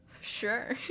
Sure